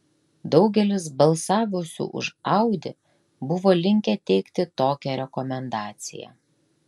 daugelis balsavusių už audi buvo linkę teikti tokią rekomendaciją